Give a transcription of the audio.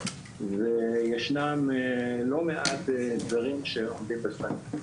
וישנם לא מעט אתגרים שעומדים בפנינו.